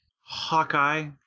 Hawkeye